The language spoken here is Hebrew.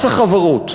מס החברות.